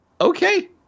okay